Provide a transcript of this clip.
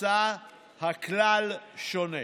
הכנסה הכלל שונה.